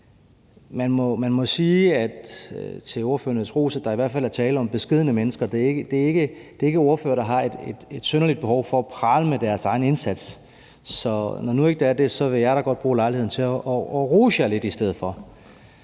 Man må sige til ordførernes ros, at der i hvert fald er tale om beskedne mennesker. Det er ikke ordførere, der har et synderligt behov for at prale med deres egen indsats. Så når det nu ikke er det, vil jeg da godt bruge lejligheden til at rose jer lidt i stedet for.